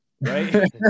Right